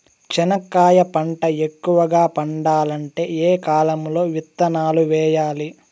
చెనక్కాయ పంట ఎక్కువగా పండాలంటే ఏ కాలము లో విత్తనాలు వేయాలి?